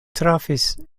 trafis